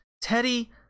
Teddy